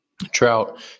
trout